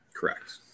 correct